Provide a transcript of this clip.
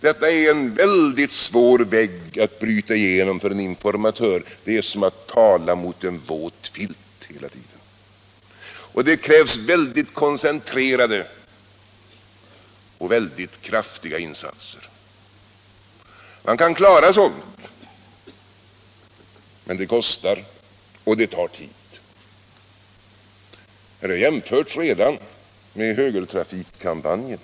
Detta är en svår vägg att bryta igenom för en informatör. Det är som att tala mot en våt filt hela tiden. Det krävs mycket koncentrerade och kraftiga insatser. Man kan klara sådana, men det kostar och tar tid. Här har jämförts med högertrafikkampanjen.